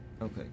Okay